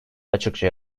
açıkça